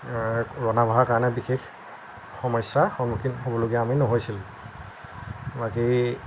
ৰন্ধা বঢ়াৰ কাৰণে বিশেষ সমস্যাৰ সন্মুখীন হ'বলগীয়া আমি নহৈছিল বাকী